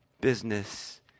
business